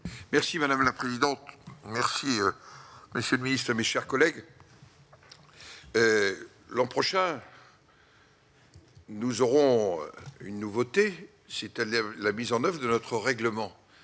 Merci madame la présidente, merci monsieur le ministre, mes chers collègues, l'an prochain. Nous aurons une nouveauté, c'est-à-dire la mise en oeuvre de notre règlement